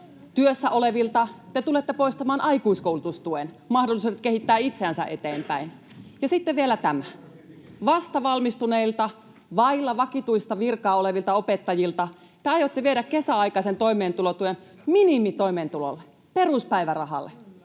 Työssä olevilta te tulette poistamaan aikuiskoulutustuen, mahdollisuudet kehittää itseänsä eteenpäin. [Jukka Kopra: Kyllä itseään voi silti kehittää!] Ja sitten vielä tämä: vastavalmistuneilta, vailla vakituista virkaa olevilta opettajilta te aiotte viedä kesäaikaisen toimeentulotuen minimitoimeentulolle, peruspäivärahalle.